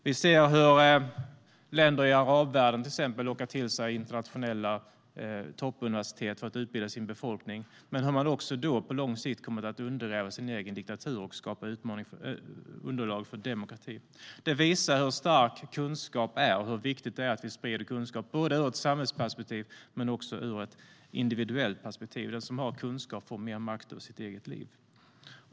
Vi ser hur länder i arabvärlden, till exempel, lockar till sig internationella toppuniversitet för att utbilda sin befolkning men hur de också då på lång sikt kommer att undergräva sin egen diktatur och skapa underlag för demokrati. Det visar hur stark kunskap är och hur viktigt det är att vi sprider kunskap både ur ett samhällsperspektiv och ur ett individuellt perspektiv. Den som har kunskap får mer makt över sitt eget liv.